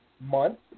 month